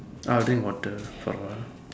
I will drink water for a while